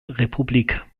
republik